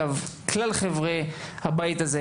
כלל חברי הבית הזה,